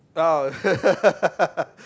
oh